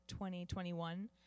2021